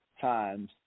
times